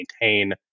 maintain